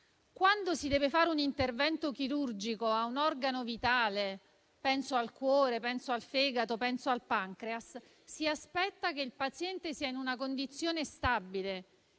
Quando si deve fare un intervento chirurgico a un organo vitale - penso al cuore, al fegato o al pancreas - si aspetta che il paziente sia in una condizione stabile,